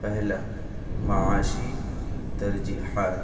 پہلا معاشی ترجیحات